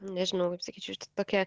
nežinau ir sakyčiau tokia